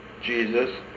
Jesus